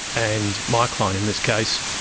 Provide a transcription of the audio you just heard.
and my client, in this case,